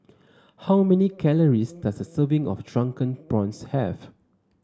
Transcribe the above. how many calories does a serving of Drunken Prawns have